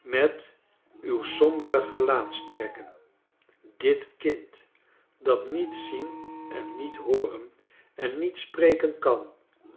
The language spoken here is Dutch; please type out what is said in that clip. met uw sombere gelaatstrekken dit kind dat niet zien en niet hooren en niet spreken kan